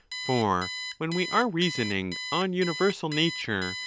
for when we are reasoning on universal nature,